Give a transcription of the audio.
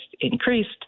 increased